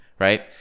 Right